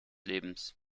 lebens